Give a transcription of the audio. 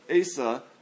Asa